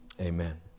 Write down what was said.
Amen